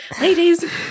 Ladies